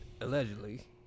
Allegedly